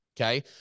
okay